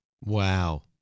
Wow